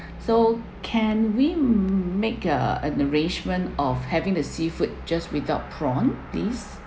so can we make a an arrangement of having the seafood just without prawn please